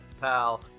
pal